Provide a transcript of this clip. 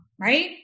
right